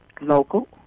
local